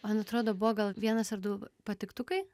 man atrodo buvo gal vienas ar du patiktukai